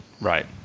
Right